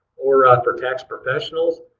or um for tax professionals.